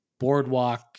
boardwalk